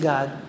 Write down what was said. God